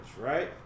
right